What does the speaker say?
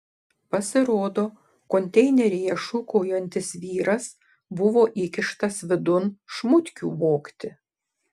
pasirodo konteineryje šūkaujantis vyras buvo įkištas vidun šmutkių vogti